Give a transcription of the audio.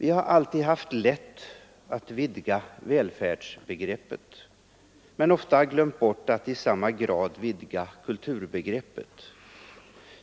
Vi har alltid haft lätt att vidga välfärdsbegreppet men ofta glömt bort att i samma grad vidga kulturbegreppet.